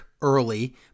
early